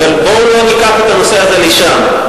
אבל בואו לא ניקח את הנושא הזה לשם.